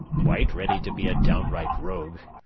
quite ready to be a downright rogue.